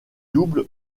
double